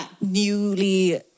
newly